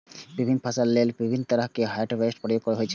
विभिन्न फसल लेल विभिन्न तरहक हार्वेस्टर उपयोग होइ छै